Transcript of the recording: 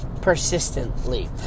persistently